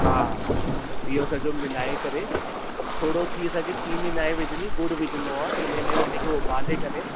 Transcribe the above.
हा इहो सॼो मिलाए करे थोरो थी सघे चीनी न आहे विझिणी ॻुड़ु विझिणो आहे इन में इन खे उबाले करे